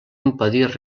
impedir